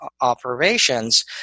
operations